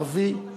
ערבי.